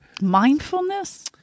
mindfulness